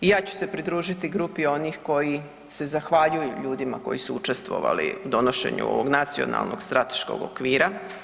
I ja ću se pridružiti grupi onih koji se zahvaljuju ljudima koji su učestvovali u donošenju ovog nacionalnog strateškog okvira.